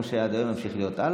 מה שהיה עד היום ימשיך להיות הלאה,